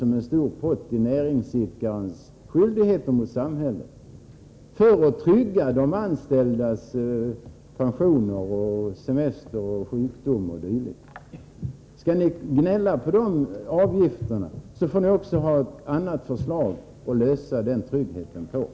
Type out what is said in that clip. Jag avser våra tidigare beslut om de olika skyldigheter som näringsidkarna i dag har gentemot de anställda beträffande pensioner, sjuklön, semesterersättning osv. Skall ni gnälla på avgifterna till dessa saker får ni också lägga fram förslag till hur man på annat sätt skall klara av att ge de anställda denna trygghet.